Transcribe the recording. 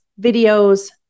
videos